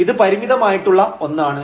ഇത് പരിമിതമായിട്ടുള്ള ഒന്നാണ്